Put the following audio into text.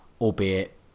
albeit